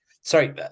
sorry